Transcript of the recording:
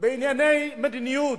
בענייני מדיניות,